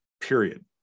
period